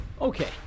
Okay